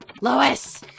Lois